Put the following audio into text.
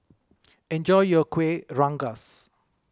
enjoy your Kueh Rengas